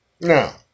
Now